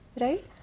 right